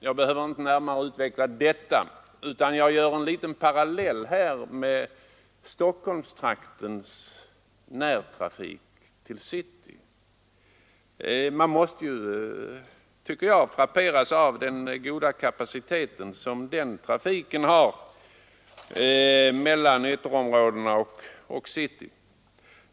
Jag behöver inte närmare utveckla detta, utan jag drar en liten parallell med Stockholmstraktens närtrafik till city. Man frapperas av den goda kapacitet som denna trafik har.